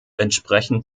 entsprechend